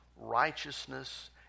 righteousness